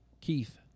Keith